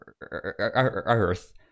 Earth